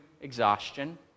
exhaustion